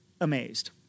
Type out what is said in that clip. amazed